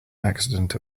accident